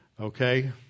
okay